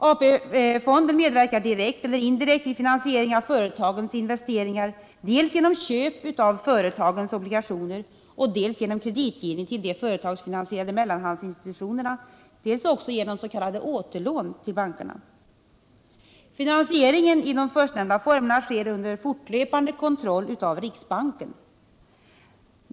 AP-fonden medverkar direkt eller indirekt vid företagens investeringar dels genom köp av företagens obligationer, dels genom kreditgivning till de företagsfinansierade mellanhandsinstituten, dels också genom s.k. återlån till bankerna. Finansieringen i de förstnämnda formerna sker under fortlöpande kontroll av riksbanken.